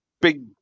big